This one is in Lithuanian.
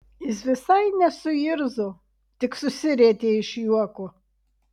jis visai nesuirzo tik susirietė iš juoko